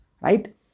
right